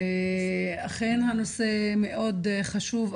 אכן הנושא מאוד חשוב,